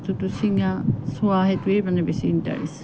যোনটো চোৱা ছিঙা সেইটোৱে মানে বেছি ইণ্টাৰেষ্ট